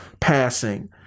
passing